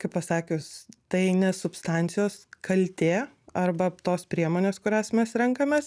kaip pasakius tai ne substancijos kaltė arba tos priemonės kurias mes renkamės